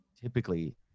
typically